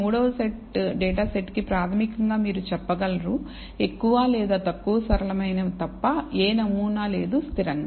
మూడవ data set కీ ప్రాథమికంగా మీరు చెప్పగలరు ఎక్కువ లేదా తక్కువ సరళమైనవి తప్ప ఏ నమూనా లేదు స్థిరంగా